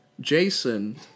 Jason